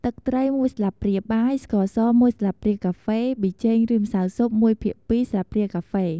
ទឹកត្រី១ស្លាបព្រាបាយ ស្ករស១ស្លាបព្រាកាហ្វេ ប៊ីចេង ឬម្សៅស៊ុប ១/២ ស្លាបព្រាកាហ្វេ